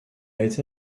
été